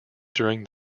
during